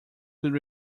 could